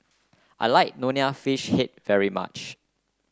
I like Nonya Fish Head very much